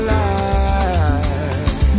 life